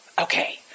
okay